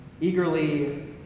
eagerly